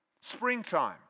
springtime